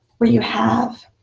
where you have